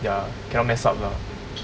ya cannot mess up lah